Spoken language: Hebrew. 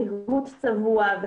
ריהוט צבוע,